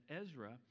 Ezra